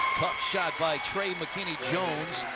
shot by mckinney jones,